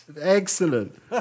Excellent